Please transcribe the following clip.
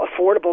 Affordable